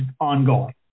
ongoing